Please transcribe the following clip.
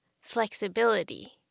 flexibility